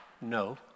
no